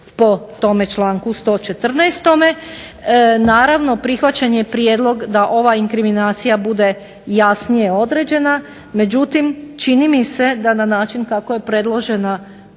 po tome članku 114. Naravno, prihvaćen je prijedlog da ova inkriminacija bude jadnije određena, međutim čini mi se da na način kako je predložena